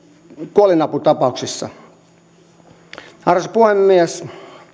kuolinaputapauksista arvoisa puhemies